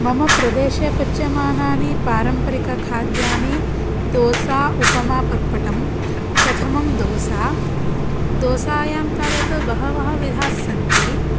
मम प्रदेशे पच्यमानानि पारम्परिकखाद्यानि दोसा उपमा पर्पटं प्रथमं दोसा दोसायां तावत् बहवः विधाः सन्ति